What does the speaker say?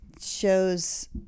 shows